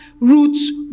roots